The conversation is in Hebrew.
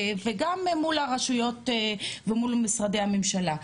וגם מול הרשויות ומול משרדי הממשלה.